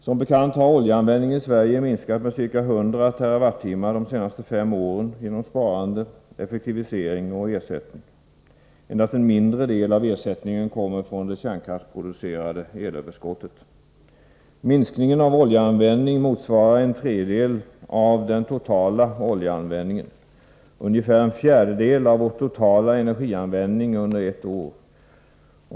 Som bekant har oljeanvändningen i Sverige minskat med ca 100 TWh de senaste fem åren genom sparande, effektivisering och ersättning. Endast en mindre del av ersättningen kommer från det kärnkraftsproducerade elöverskottet. Minskningen av oljeanvändningen motsvarar en tredjedel av den totala oljeanvändningen, ungefär en fjärdedel av vår totala energianvändning under ett år.